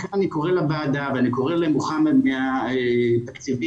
לכן אני קורא לוועדה ואני קורא למוחמד מאגף התקציבים,